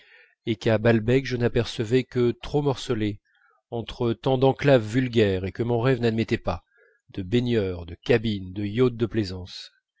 et qu'à balbec je n'apercevais que trop morcelé entre tant d'enclaves vulgaires et que mon rêve n'admettait pas de baigneurs de cabines de yacht de plaisance